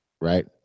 Right